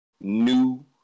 new